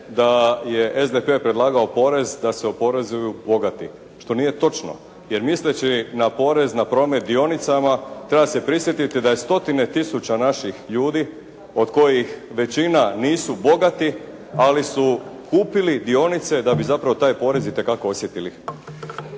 da je SDP predlagao porez da se oporezuju bogati, što nije točno jer misleći na porez na promet dionicama treba se prisjetiti da je stotine tisuća naših ljudi od kojih većina nisu bogati, ali su kupili dionice da bi zapravo taj porez itekako osjetili.